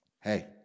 Hey